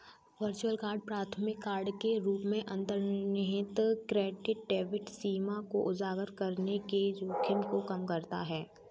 virtual card प्राथमिक card के रूप में अंतर्निहित क्रेडिट डेबिट सीमा को उजागर करने के जोखिम को कम करता है